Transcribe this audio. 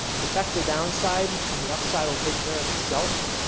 protect the downside and the upside will take care of itself.